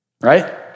Right